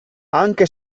anche